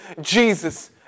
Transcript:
Jesus